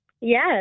Yes